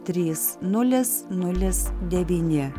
trys nulis nulis devyni